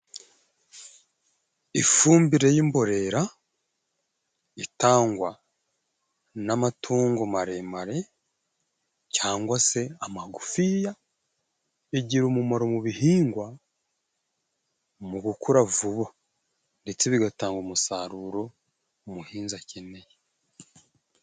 Ifumbire y'imborera itangwa n'amatungo maremare cyangwa se amagufiya igira umumaro mu bihingwa mu gukura vuba ndetse bigatanga umusaruro umuhinzi akeneye.